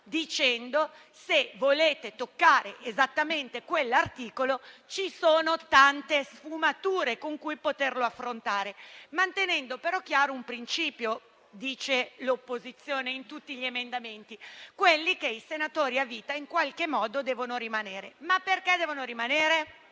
dicendo: se volete toccare esattamente quell'articolo, ci sono tante sfumature con cui poterlo affrontare, mantenendo però - dice l'opposizione - chiaro un principio in tutti gli emendamenti: che i senatori a vita in qualche modo devono rimanere. Ma perché devono rimanere?